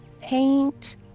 paint